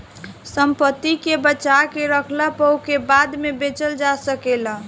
संपत्ति के बचा के रखला पअ ओके बाद में बेचल जा सकेला